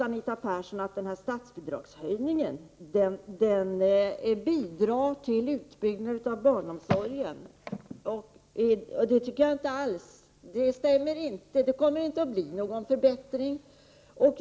Anita Persson nämnde att statsbidragshöjningen bidrar till en utbyggnad av barnomsorgen. Det tycker jag inte alls. Det kommer inte att bli någon förbättring.